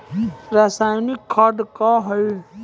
रसायनिक खाद कया हैं?